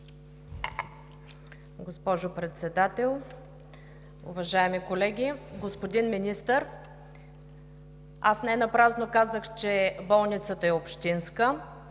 Благодаря.